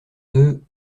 deux